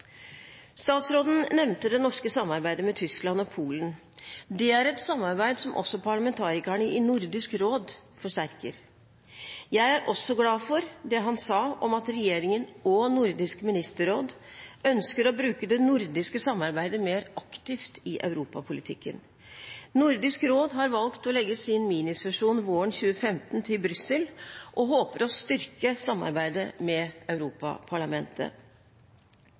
Statsråden nevnte det norske samarbeidet med Tyskland og Polen. Det er et samarbeid som også parlamentarikerne i Nordisk råd forsterker. Jeg er også glad for det han sa om at regjeringen og Nordisk ministerråd ønsker å bruke det nordiske samarbeidet mer aktivt i europapolitikken. Nordisk råd har valgt å legge sin minisesjon våren 2015 til Brussel og håper å styrke samarbeidet med Europaparlamentet.